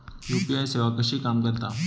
UPI सेवा कशी काम करता?